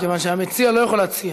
כיוון שהמציע לא יכול להציע?